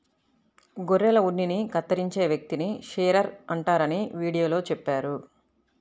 గొర్రెల ఉన్నిని కత్తిరించే వ్యక్తిని షీరర్ అంటారని వీడియోలో చెప్పారు